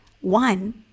one